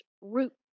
root